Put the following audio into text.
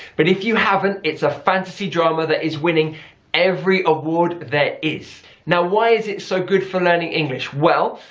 but if you haven't, it's a fantasy drama that is winning every award there is. now why is it so good for learning english? well,